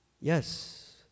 Yes